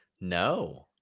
No